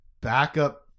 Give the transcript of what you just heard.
backup